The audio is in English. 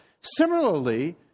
Similarly